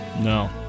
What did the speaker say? No